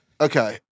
Okay